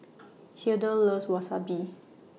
Hildur loves Wasabi